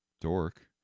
dork